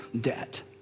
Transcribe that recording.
debt